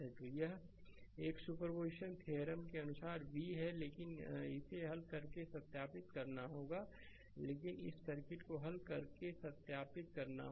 तो यह है कि यह सुपरपोजिशन थ्योरम के अनुसार v है लेकिन इसे हल करके सत्यापित करना होगा लेकिन इस सर्किट को हल करके सत्यापित करना होगा